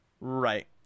Right